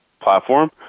platform